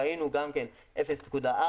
ראינו גם כן: 0.4%,